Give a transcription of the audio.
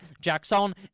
Jackson